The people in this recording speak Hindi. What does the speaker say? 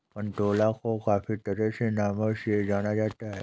कंटोला को काफी तरह के नामों से जाना जाता है